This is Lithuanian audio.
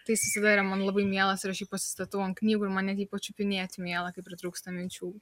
tai jis visada yra man labai mielas ir aš jį pasistatau ant knygų ir man net jį pačiupinėti miela kai pritrūksta minčių